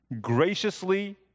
graciously